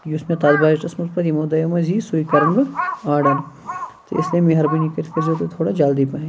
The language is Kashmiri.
یُس مےٚ تتھ بَجٹَس مَنٛز پَتہٕ یمو دۄیَو مَنٛز یِی سُے کَرَن بہٕ آرڈَر تہٕ اِسلیے مہربٲنی کٔرِتھ کٔر زیٚو تُہۍ تھوڑا جَلدی پَہَنۍ